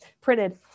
printed